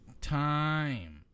time